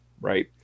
right